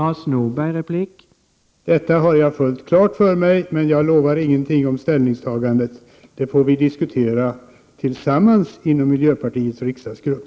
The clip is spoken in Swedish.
Herr talman! Detta har jag fullt klart för mig. Men jag lovar inget om ställningstagandet. Det får vi tillsammans diskutera i miljöpartiets riksdagsgrupp.